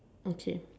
okay